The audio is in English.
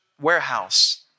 warehouse